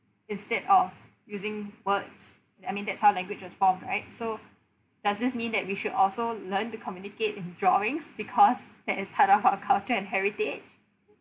instead of using words I mean that's how language was formed right so does this mean that we should also learn to communicate in drawings because that is part of our culture and heritage